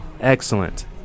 Excellent